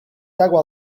tago